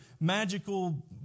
magical